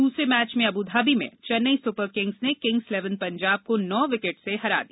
दूसरे मैच में Abu Dhabi में चेन्ई सुपर किंग्स ने किंग्स इलेवन पंजाब को नौ विकेट से हरा दिया